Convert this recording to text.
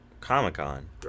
Comic-Con